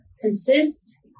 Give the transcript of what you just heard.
consists